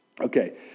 Okay